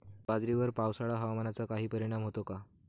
बाजरीवर पावसाळा हवामानाचा काही परिणाम होतो का?